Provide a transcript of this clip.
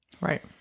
Right